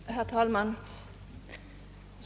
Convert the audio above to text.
Herr talman!